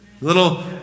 Little